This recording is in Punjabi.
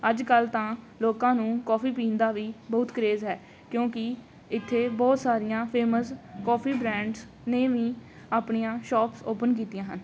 ਅੱਜ ਕੱਲ੍ਹ ਤਾਂ ਲੋਕਾਂ ਨੂੰ ਕੌਫੀ ਪੀਣ ਦਾ ਵੀ ਬਹੁਤ ਕਰੇਜ਼ ਹੈ ਕਿਉਂਕਿ ਇੱਥੇ ਬਹੁਤ ਸਾਰੀਆਂ ਫੇਮਸ ਕੌਫੀ ਬ੍ਰਾਂਡਸ ਨੇ ਵੀ ਆਪਣੀਆਂ ਸ਼ੋਪਸ ਓਪਨ ਕੀਤੀਆਂ ਹਨ